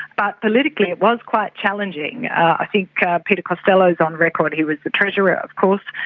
but politically it was quite challenging. i think peter costello is on record, he was the treasurer of course,